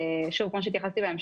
כמו שהתייחסתי קודם,